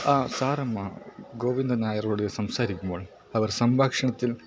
സാറമ്മ ഗോവിന്ദൻ നായരോട് സംസാരിക്കുമ്പോൾ അവർ സംഭാഷണത്തിൽ